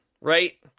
right